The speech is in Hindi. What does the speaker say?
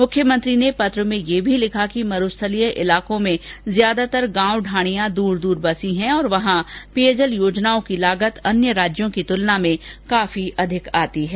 मुख्यमंत्री ने पत्र में यह भी लिखा कि मरुस्थलीय इलाकों में ज्यादातर गांव ढाणियों दूर दूर बसी हैं और वहां पेयजल योजनाओं की लागत अन्य राज्यों की तुलना में काफी अधिक आती है